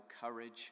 courage